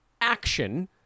action